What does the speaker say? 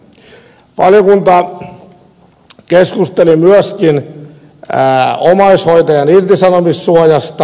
valiokunta keskusteli myöskin omaishoitajan irtisanomissuojasta